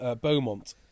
Beaumont